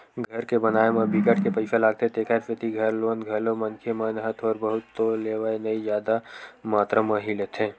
घर के बनाए म बिकट के पइसा लागथे तेखर सेती घर लोन घलो मनखे मन ह थोर बहुत तो लेवय नइ जादा मातरा म ही लेथे